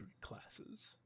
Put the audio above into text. classes